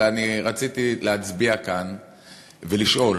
אלא רציתי להצביע כאן ולשאול